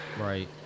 right